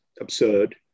absurd